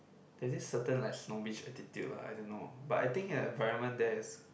there's this certain like snobbish attitude lah I don't know but I think the environment there is